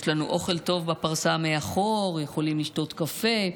יש לנו אוכל טוב בפרסה מאחור, יכולים לשתות קפה,